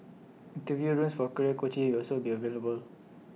interview rooms for career coaching will also be available